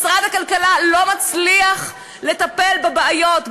משרד הכלכלה לא מצליח לטפל בבעיות,